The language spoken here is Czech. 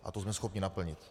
A to jsme schopni naplnit.